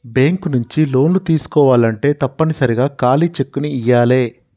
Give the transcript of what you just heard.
bank నుంచి లోన్లు తీసుకోవాలంటే తప్పనిసరిగా ఖాళీ చెక్కుని ఇయ్యాలే